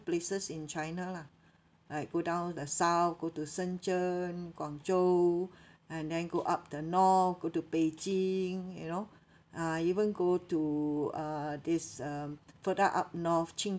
places in china lah like go down the south go to shenzhen guangzhou and then go up to north go to beijing you know uh even go to uh this um further up north